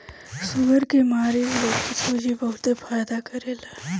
sugar के मरीज लोग के सूजी बहुते फायदा करेला